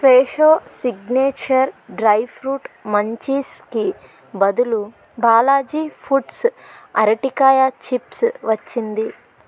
Fresho signature dry fruit మంచీస్కి బదులు Balaji foods అరటికాయ చిప్స్ వచ్చింది